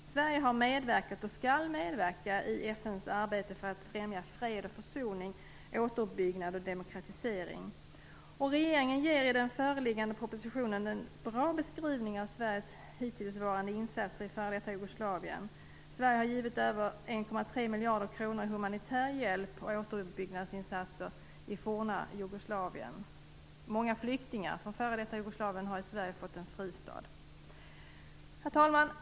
Sverige har medverkat och skall medverka i FN:s arbete för att främja fred, försoning, återuppbyggnad och demokratisering. Regeringen ger i den föreliggande propositionen en bra beskrivning av Sveriges hittillsvarande insatser i före detta Jugoslavien. Sverige har givit över 1,3 miljarder kronor i humanitär hjälp och återuppbyggnadsinsatser i forna Jugoslavien. Många flyktingar från före detta Jugoslavien har i Sverige fått en fristad. Herr talman!